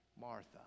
Martha